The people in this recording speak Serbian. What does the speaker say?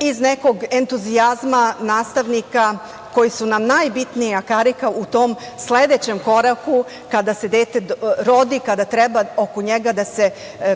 iz nekog entuzijazma nastavnika koji su nam najbitnija karika u tom sledećem koraku kada se dete rodi, kada treba oko njega da